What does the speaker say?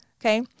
okay